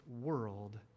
world